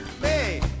Hey